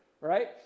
right